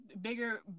bigger